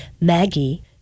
Maggie